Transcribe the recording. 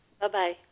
Bye-bye